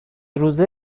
روزه